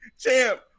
champ